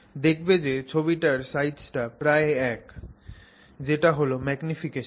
দেখবে যে ছবির সাইজটা প্রায় এক যেটা হল ম্যাগনিফিকেশন